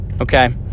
okay